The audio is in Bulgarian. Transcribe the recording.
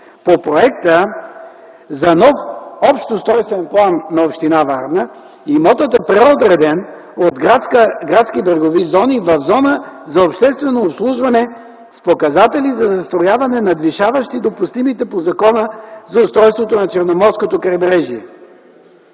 по проекта за нов общ устройствен план на община Варна имотът е преотреден от градски брегови зони в зона за обществено обслужване с показатели за застрояване, надвишаващи допустимите по Закона за устройството на Черноморското крайбрежие.